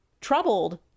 troubled